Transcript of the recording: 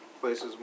places